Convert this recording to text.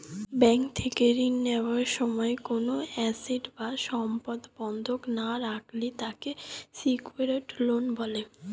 bank থেকে ঋণ নেওয়ার সময় কোনো অ্যাসেট বা সম্পদ বন্ধক না রাখলে তাকে সিকিউরড লোন বলে